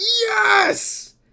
yes